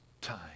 time